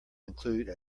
include